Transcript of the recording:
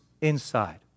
inside